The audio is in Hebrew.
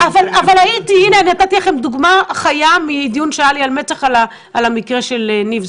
נתתי לכם דוגמה חיה מדיון שהיה לי על מצ"ח על המקרה של ניב,